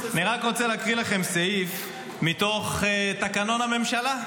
אני רק רוצה להקריא לכם סעיף מתוך תקנון הממשלה,